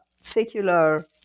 secular